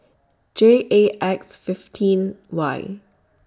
J A X fifteen Y